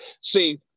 See